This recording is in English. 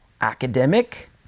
Academic